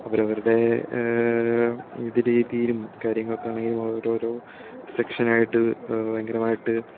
അവരവരുടെ രീതിയിലും കാര്യങ്ങൾക്ക് ആണെങ്കിലും അവര് ഓരോ സെക്ഷനായിട്ട് ഭയങ്കരമായിട്ട്